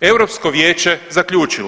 Europsko vijeće zaključilo.